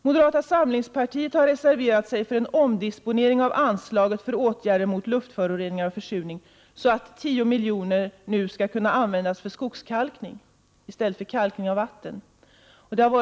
Moderata samlingspartiet har reserverat sig för en omdisponering av anslaget för åtgärder mot luftföroreningar och försurning, så att 10 milj.kr. nu skall kunna användas för skogskalkning i stället för kalkning av vatten.